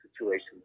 situations